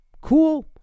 cool